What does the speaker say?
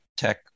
tech